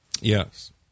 Yes